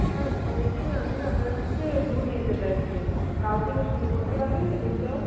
হ্যাঁ বলছি আমি না আপনার কাছ থেকে দুধ নিতে চাইছি কাল থেকে শুরু করতে পারবেন কি দুধ দেওয়া